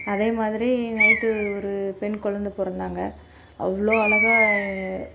அதே மாதிரி நைட்டு ஒரு பெண் குழந்த பிறந்தாங்க அவ்வளோ அழகாக